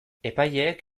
epaileek